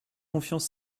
confiance